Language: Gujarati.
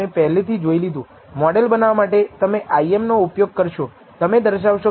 18 ગણા સ્ટાન્ડર્ડ એરર છે અને તે 4